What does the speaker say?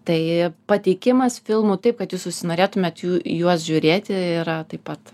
tai pateikimas filmų taip kad jūs užsinorėtumėt juos žiūrėti yra taip pat